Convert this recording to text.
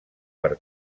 per